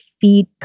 feed